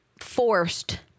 forced